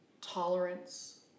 tolerance